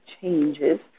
changes